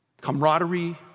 camaraderie